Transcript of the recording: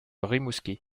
rimouski